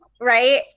right